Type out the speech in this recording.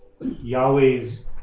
Yahweh's